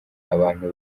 abantu